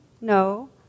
No